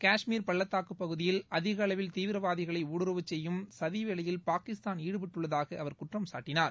காஷ்மீர் பள்ளத்தாக்கு பகுதியில் அதிக அளவில் தீவிரவாதிகளை ஊடுருவ செய்யும் சதி வேலையில் பாகிஸ்தான் ஈடுபட்டுள்ளதாக அவர் குற்றம் சாட்டினார்